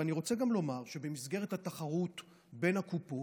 אני רוצה גם לומר שבמסגרת התחרות בין הקופות,